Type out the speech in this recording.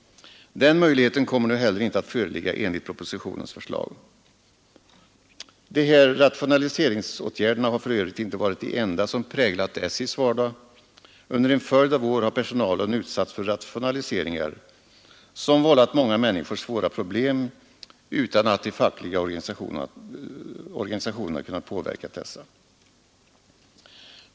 Den möjligheten kommer nu heller inte att föreligga enligt propositionens förslag. De här rationaliseringsåtgärderna har för övrigt inte varit de enda som präglat SJ:s vardag. Under en följd av år har personalen utsatts för rationaliseringar som vållat många människor problem utan att de fackliga organisationerna kunnat påverka dessa.